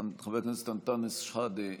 חבר הכנסת אנטאנס שחאדה,